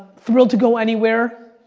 thrilled to go anywhere,